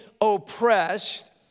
oppressed